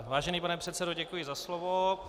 Vážený pane předsedo, děkuji za slovo.